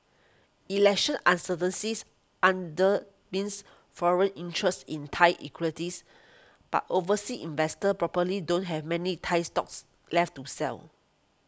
election undermines foreign interest in Thai equities but overseas investors probably don't have many Thai stocks left to sell